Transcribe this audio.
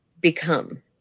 become